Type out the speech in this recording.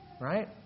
Right